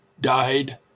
died